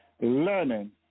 learning